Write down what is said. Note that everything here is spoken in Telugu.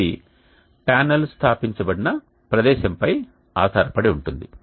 ఇది ప్యానెల్లు స్థాపించబడిన ప్రదేశంపై ఆధారపడి ఉంటుంది